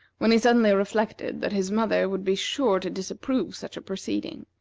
when he suddenly reflected that his mother would be sure to disapprove such a proceeding,